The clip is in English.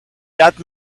that